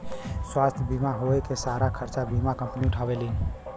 स्वास्थ्य बीमा होए पे सारा खरचा बीमा कम्पनी उठावेलीन